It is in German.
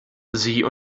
sie